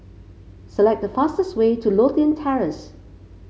select the fastest way to Lothian Terrace